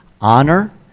honor